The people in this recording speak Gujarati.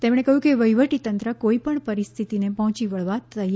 તેમણે કહ્યું કે વહીવટીતંત્ર કોઈપણ પરિસ્થિતિને પહોંચી વળવા તૈયાર છે